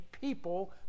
people